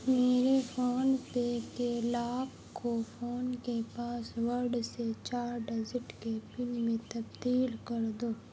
میرے فون پے کے لاک کو فون کے پاسورڈ سے چار ڈزٹ کے پن میں تبدیل کر دو